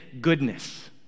goodness